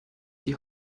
die